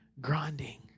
Grinding